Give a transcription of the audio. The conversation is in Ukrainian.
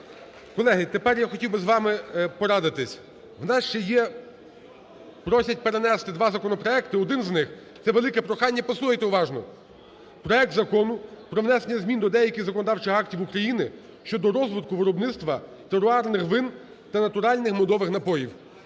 Колеги, тепер я хотів би з вами порадитися. У нас ще є… просять перенести два законопроекти. Один з них – це велике прохання, послухайте уважно, проект Закону про внесення змін до деяких законодавчих актів України щодо розвитку виробництва терруарних вин та натуральних медових напоїв.